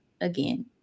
again